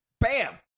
Bam